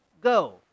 go